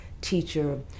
teacher